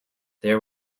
there